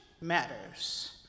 matters